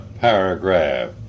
Paragraph